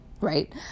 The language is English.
Right